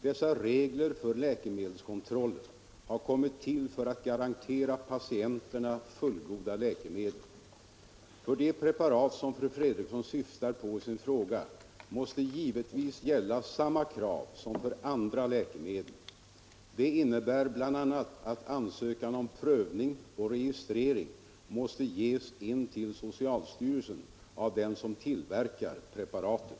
Dessa regler för läkemedelskontrollen har kommit till för att garantera patienterna fullgoda läkemedel. För de preparat som fru Fredrikson syftar på i sin fråga måste givetvis gälla samma krav som för andra läkemedel. Det innebär bl.a. att ansökan om prövning och registrering måste ges in till socialstyrelsen av den som tillverkar preparatet.